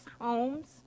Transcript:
homes